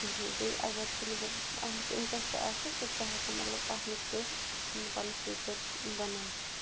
کِہیٖنۍ بیٚیہِ اگر ژٕ مطلب اَتھ منٛز اِنسٹرٛسٹ آسَکھ تہٕ ژٕ ہٮ۪کَکھ مطلب اَتھ منٛز تہِ پَنُن فیوٗچَر بَنٲیِتھ